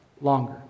longer